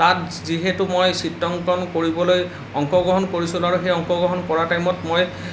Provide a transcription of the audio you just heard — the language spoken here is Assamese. তাত যিহেতু মই চিত্ৰাঙ্কন কৰিবলৈ অংশগ্ৰহণ কৰিছিলোঁ আৰু সেই অংশগ্ৰহণ কৰাৰ টাইমত মই